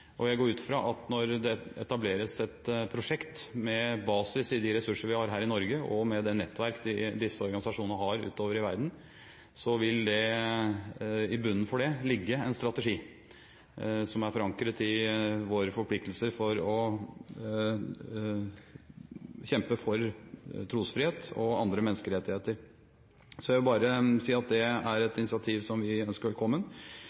Jeg går ut fra at når det etableres et prosjekt med basis i de ressurser vi har her i Norge, og med det nettverk disse organisasjonene har ut over i verden, vil det i bunnen for det ligge en strategi som er forankret i våre forpliktelser til å kjempe for trosfrihet og andre menneskerettigheter. Jeg vil bare si at det er et initiativ som vi ønsker velkommen.